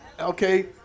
okay –